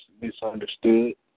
misunderstood